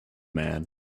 man